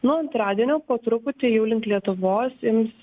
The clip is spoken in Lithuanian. nuo antradienio po truputį jau link lietuvos ims